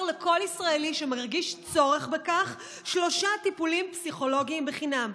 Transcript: לכל ישראלי שמרגיש צורך בכך שלושה טיפולים פסיכולוגיים בחינם.